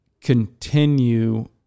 continue